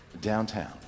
downtown